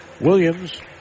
Williams